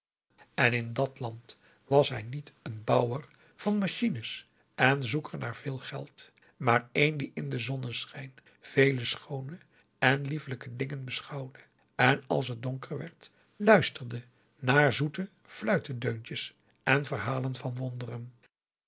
en in dat land was hij niet een bouwer van machines en zoeker naar veel geld maar een die in den zonneschijn vele schoone en liefelijke dingen beschouwde en als het donker werd luisterde naar zoete fluitedeuntjes en verhalen van wonderen